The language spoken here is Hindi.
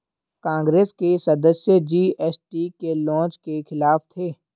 कांग्रेस के सदस्य जी.एस.टी के लॉन्च के खिलाफ थे